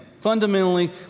Fundamentally